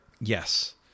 Yes